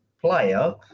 player